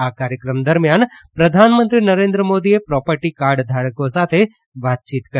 આ કાર્યક્રમ દરમિયાન પ્રધાનમંત્રી નરેન્દ્ર મોદીએ પ્રોપર્ટી કાર્ડ ધારકો સાથે વાતચીત કરી